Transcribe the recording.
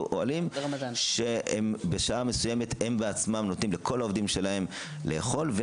אוהלים שבשעה מסוימת נותנים לכל העובדים שלהם לאכול,